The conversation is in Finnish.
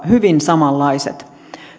hyvin samanlaiset